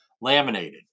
Laminated